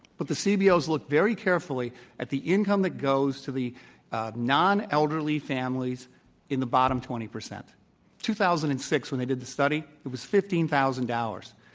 but the cbos look very carefully at the income that goes to the nonelderly families in the bottom twenty percent. in two thousand and six when they did the study, it was fifteen thousand dollars.